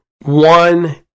One